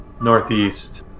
Northeast